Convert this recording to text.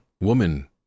woman